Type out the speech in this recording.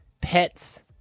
pets